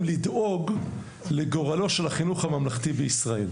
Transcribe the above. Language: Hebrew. לדאוג לגורלו של החינוך הממלכתי בישראל,